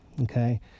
okay